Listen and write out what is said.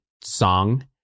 song